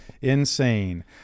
Insane